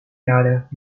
jarig